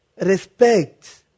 Respect